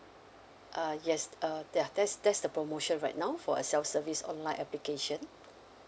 uh yes uh ya that's that's the promotion right now for a self service online application